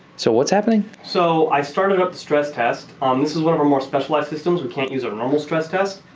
so what's happening? so i started up the stress test. um this is one of our more specialized systems, we can't use a normal stress test.